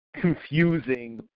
confusing